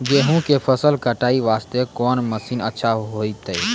गेहूँ के फसल कटाई वास्ते कोंन मसीन अच्छा होइतै?